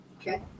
Okay